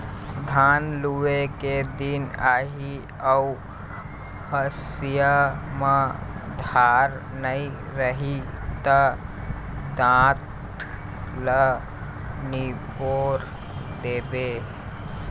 धान लूए के दिन आही अउ हँसिया म धार नइ रही त दाँत ल निपोर देबे